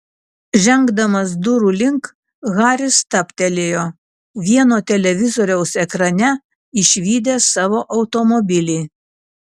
žengdamas durų link haris stabtelėjo vieno televizoriaus ekrane išvydęs savo automobilį